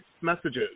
messages